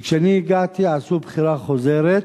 וכשאני הגעתי עשו בחירה חוזרת,